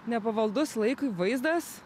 nepavaldus laikui vaizdas